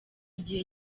gihe